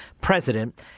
president